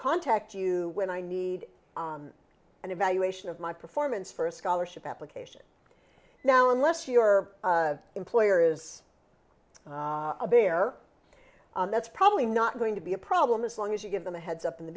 contact you when i need an evaluation of my performance for a scholarship application now unless your employer is a bear that's probably not going to be a problem as long as you give them a heads up in the